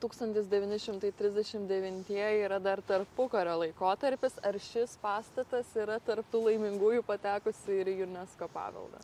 tūkstantis devyni šimtai trisdešimt devintieji yra dar tarpukario laikotarpis ar šis pastatas yra tarp tų laimingųjų patekusių ir į unesco paveldą